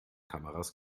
kameras